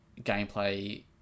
gameplay